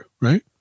right